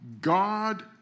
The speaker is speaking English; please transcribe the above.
God